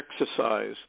exercise